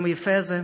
ביום היפה הזה,